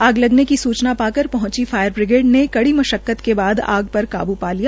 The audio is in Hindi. आग लगने की सूचना पाकर पहंची फायर ब्रिगेड ने कड़ी मशक्कत के बाद आग पर काबू पा लिया